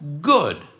good